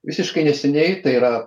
visiškai neseniai tai yra